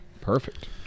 perfect